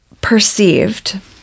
perceived